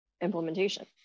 implementation